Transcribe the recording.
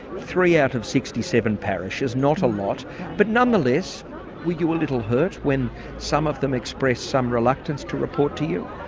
three out of sixty seven parishes. not a lot but nonetheless were you a little hurt when some of them expressed some reluctance to report to you?